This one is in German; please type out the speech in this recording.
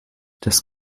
das